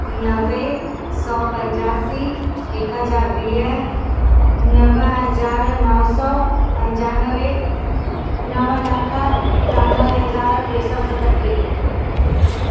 नवे सौ पंजासी हिकु हज़ार वीह नव हज़ार नव सौ पंजानवे नव लखु तिरानवे हज़ार टे सौ सतटीह